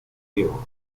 diego